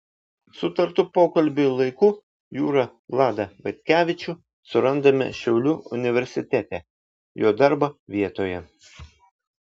sutartu pokalbiui laiku jūrą vladą vaitkevičių surandame šiaulių universitete jo darbo vietoje